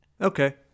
Okay